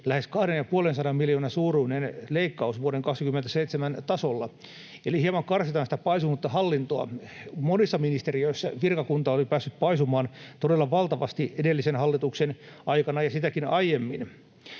lähes 250 miljoonan euron suuruinen leikkaus vuoden 27 tasolla, eli hieman karsitaan sitä paisunutta hallintoa. Monissa ministeriöissä virkakunta oli päässyt paisumaan todella valtavasti edellisen hallituksen aikana ja sitäkin aiemmin.